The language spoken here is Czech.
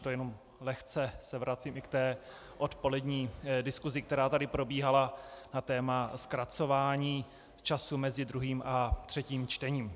To se jenom lehce vracím i k odpolední diskusi, která tady probíhala na téma zkracování času mezi druhým a třetím čtením.